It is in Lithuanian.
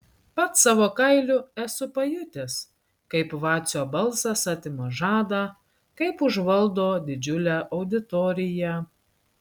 pats savo kailiu esu pajutęs kaip vacio balsas atima žadą kaip užvaldo didžiulę auditoriją